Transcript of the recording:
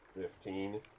Fifteen